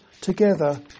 together